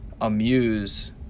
amuse